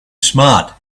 smart